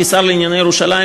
כשר לענייני ירושלים,